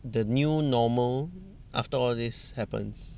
the new normal after all these happens